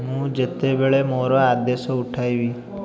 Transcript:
ମୁଁ ଯେତେବେଳେ ମୋର ଆଦେଶ ଉଠାଇବି